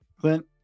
Clint